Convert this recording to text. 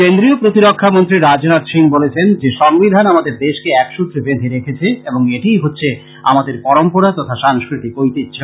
কেন্দ্রীয় প্রতিরক্ষা মন্ত্রী রাজনাথ সিং বলেছেন যে সংবিধান আমাদের দেশকে এক সূত্রে বেঁধে রেখেছে এবং এটিই হচ্ছে আমাদের পরম্পরা তথা সাংস্কৃতিক ঐতিহ্য